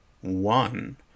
one